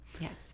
Yes